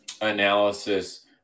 analysis